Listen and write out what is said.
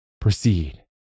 proceed